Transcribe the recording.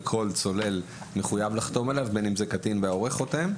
וכל צולל מחויב לחתום עליו בין אם זה קטין וההורה חותם.